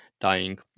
dying